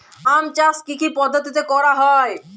আম চাষ কি কি পদ্ধতিতে করা হয়?